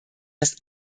erst